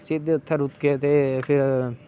सिद्दे उत्थै रुके ते फिर